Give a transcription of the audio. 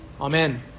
amen